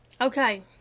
Okay